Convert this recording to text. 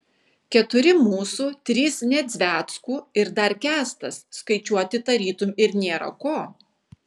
keturi mūsų trys nedzveckų ir dar kęstas skaičiuoti tarytum ir nėra ko